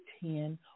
ten